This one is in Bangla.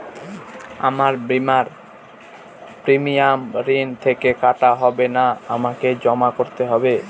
আমার বিমার প্রিমিয়াম ঋণ থেকে কাটা হবে না আমাকে জমা করতে হবে?